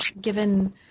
given